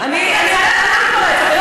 אני לא מתפרצת.